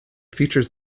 features